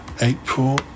April